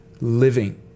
living